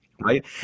right